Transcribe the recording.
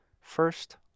First